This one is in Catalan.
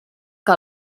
que